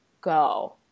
go